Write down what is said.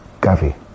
Gavi